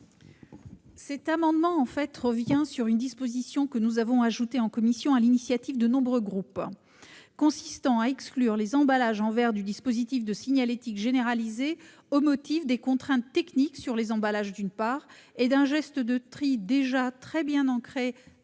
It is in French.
Cet amendement revient sur une disposition que nous avons introduite en commission, sur l'initiative de nombreux groupes, et qui consiste à exclure les emballages en verre du dispositif de signalétique généralisée, au motif des contraintes techniques sur les emballages, d'une part, et d'un geste de tri déjà très bien ancré